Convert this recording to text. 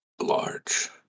large